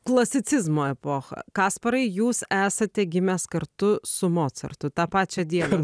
klasicizmo epochą kasparai jūs esate gimęs kartu su mocartu tą pačią dieną